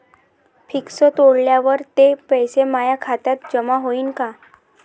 Fix तोडल्यावर ते पैसे माया खात्यात जमा होईनं का?